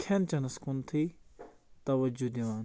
کھیٚن چٮ۪نَس کُنتھٕے تَوَجوٗ دِوان